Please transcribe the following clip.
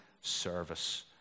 service